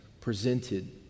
presented